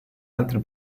altri